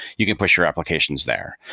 you could push your applications there.